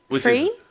free